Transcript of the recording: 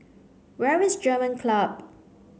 where is German Club